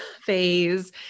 phase